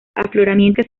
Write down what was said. afloramientos